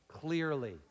clearly